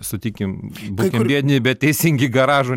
sutikim būkim biedni bet teisingi garažų